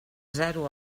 zero